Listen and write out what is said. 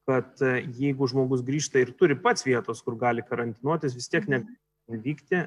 kad jeigu žmogus grįžta ir turi pats vietos kur gali karantinuotis vis tiek ne vykti